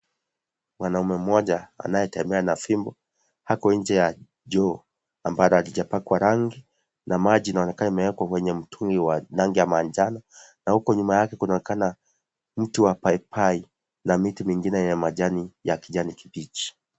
Mwanaume mmoja anayetembea na fimbo ako nje ya joo ambalo halijapakwa rangi na maji inaonekana imeekwa kwenye mtungi wa rangi ya manjano na huko nyuma yake kunaonekana mti wa paipai na miti mingine yenye majani ya kijani kibichi.